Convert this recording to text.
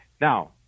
Now